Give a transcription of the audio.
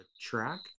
track